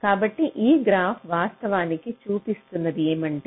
కాబట్టి ఈ గ్రాఫ్ వాస్తవానికి చూపిస్తున్నది ఏమంటే